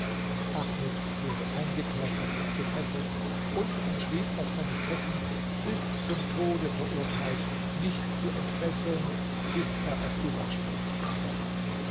ahmed wurde eingekerkert und gefesselt und man schrieb auf seine ketten bis zum tode verurteilt nicht zu entfesseln bis er auf die waschbank kommt